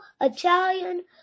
italian